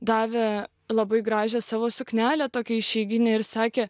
davė labai gražią savo suknelę tokią išeiginę ir sakė